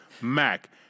Mac